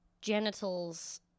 genitals